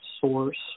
source